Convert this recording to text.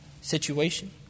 situation